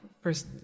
first